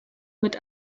mit